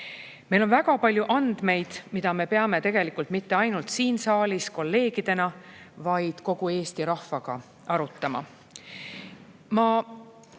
Meil on väga palju andmeid, mida me peame mitte ainult siin saalis kolleegidena, vaid tegelikult kogu Eesti rahvaga arutama. Ma